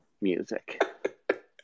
music